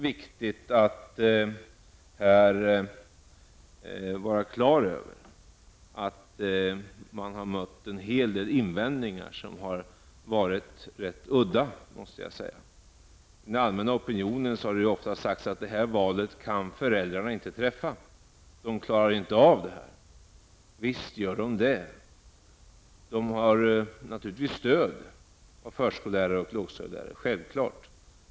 Vi har mött en hel del invändningar som har varit udda, måste jag säga. I den allmänna opinionen har det ofta sagts att föräldrarna inte kan träffa detta val, att de inte klarar av det. Visst gör de det. Föräldrarna har naturligtvis stöd av förskollärare och lågstadielärare.